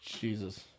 Jesus